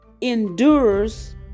endures